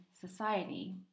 society